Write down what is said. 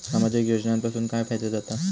सामाजिक योजनांपासून काय फायदो जाता?